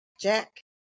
Jack